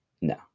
No